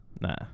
Nah